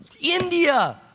India